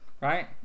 Right